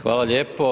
Hvala lijepo.